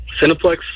Cineplex